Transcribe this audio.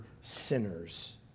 sinners